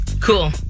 Cool